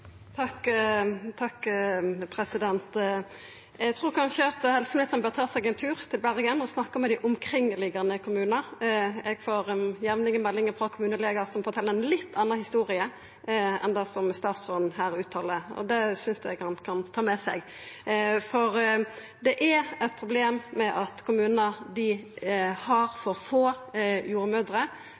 kanskje helseministeren bør ta seg ein tur til Bergen og snakka med dei omkringliggjande kommunane. Eg får jamleg meldingar frå kommunelegar som fortel ei litt anna historie enn det statsråden her uttaler. Det synest eg han kan ta med seg. Det er eit problem at kommunar har for få